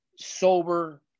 sober